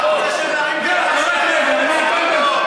מה זה קשור לחוק?